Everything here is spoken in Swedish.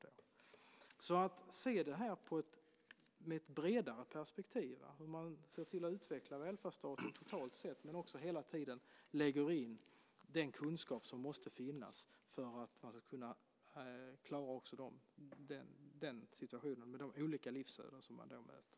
Vi måste se det här med ett bredare perspektiv, se till att utveckla välfärdsstaten totalt sett men också hela tiden lägga in den kunskap som måste finnas för att kunna klara också den situationen med de olika livsöden som man möter.